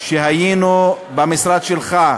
כשהיינו במשרד שלך,